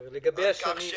אנחנו צריכים להיערך לזה.